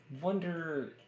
wonder